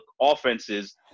offenses